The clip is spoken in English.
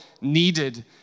needed